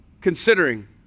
considering